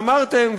אמרתם,